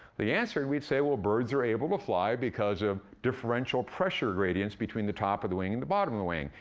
the answer we'd say, well, birds are able to fly because of differential pressure gradients between the top of the wing and the bottom of the wing.